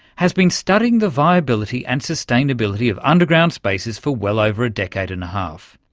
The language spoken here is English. has been studying the viability and sustainability of underground spaces for well over a decade and a half.